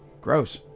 gross